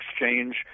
exchange